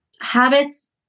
Habits